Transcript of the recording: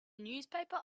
newspaper